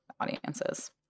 audiences